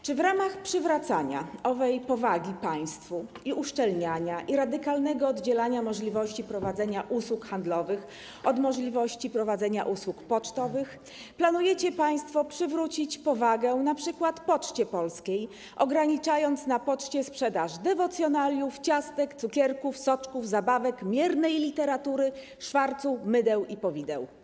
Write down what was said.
Czy w ramach przywracania owej powagi państwu oraz uszczelniania i radykalnego oddzielania możliwości prowadzenia usług handlowych od możliwości prowadzenia usług pocztowych planujecie państwo przywrócić powagę np. Poczcie Polskiej, ograniczając na poczcie sprzedaż dewocjonaliów, ciastek, cukierków, soczków, zabawek, miernej literatury, szwarcu, mydeł i powideł?